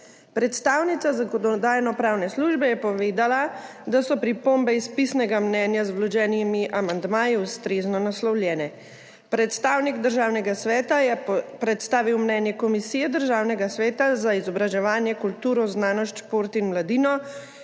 Predstavnica Zakonodajno-pravne službe je povedala, da so pripombe iz pisnega mnenja z vloženimi amandmaji ustrezno naslovljene. Predstavnik Državnega sveta je predstavil mnenje Komisije Državnega sveta za izobraževanje, kulturo, znanost, šport in mladino,